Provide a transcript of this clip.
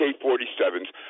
AK-47s